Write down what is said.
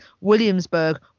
Williamsburg